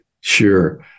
Sure